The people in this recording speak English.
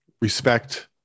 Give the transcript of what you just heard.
respect